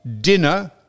dinner